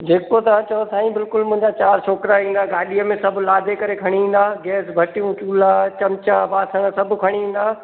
जेको तां चओ साईं बिल्कुलु मुंहिंंजा चारि छोकिरा ईंदा गाॾीअ में सब लादे करे खणी ईंदा गैस भटियूं चूला चिमिचा बासण सभु खणी ईंदा